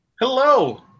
Hello